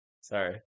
Sorry